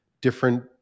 different